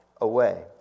away